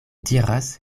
diras